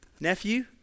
nephew